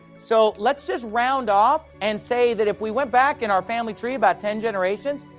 so let's just round off and say that if we went back in our family tree about ten generations,